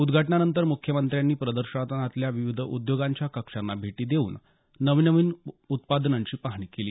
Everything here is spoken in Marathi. उद्घाटनानंतर मुख्यमंत्र्यांनी प्रदर्शनातल्या विविध उद्योगांच्या कक्षांना भेटी देऊन नवनवीन उत्पादनांची पाहणी केली